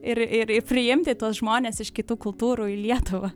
ir ir ir priimti tuos žmones iš kitų kultūrų į lietuvą